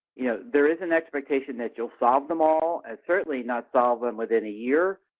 you know, there is an expectation that you will solve them all, certainly not solve them within a year.